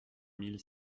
mille